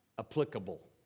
Applicable